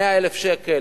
100,000 שקל,